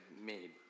made